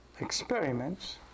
experiments